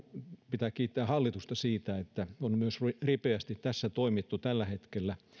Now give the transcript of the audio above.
pitää kiittää hallitusta siitä että on myös ripeästi tässä toimittu tällä hetkellä